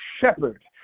shepherd